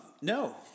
No